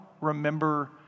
remember